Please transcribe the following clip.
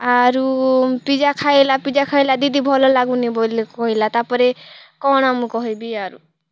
ଆରୁ ପିଜ୍ଜା ଖାଇଲା ପିଜ୍ଜା ଖାଇଲା ଦିଦି ଭଲ ଲାଗୁନି ବୋଲି କହିଲା ତା'ପରେ କ'ଣ ମୁଁ ଆଉ କହିବି ଆରୁ